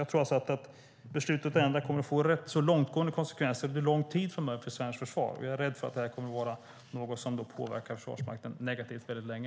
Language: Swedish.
Jag tror att beslutet kommer att få rätt långtgående konsekvenser under lång tid framöver för svenskt försvar. Jag är rädd för att det kommer att påverka Försvarsmakten negativt väldigt länge.